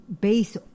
base